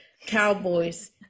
cowboys